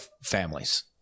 families